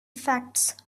facts